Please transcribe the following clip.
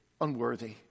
unworthy